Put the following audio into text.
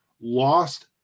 lost